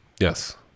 Yes